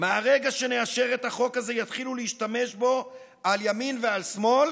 מהרגע שנאשר את החוק הזה יתחילו להשתמש בו על ימין ועל שמאל,